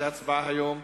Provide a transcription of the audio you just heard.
להצבעה היום.